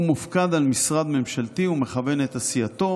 הוא מופקד על משרד ממשלתי ומכוון את עשייתו,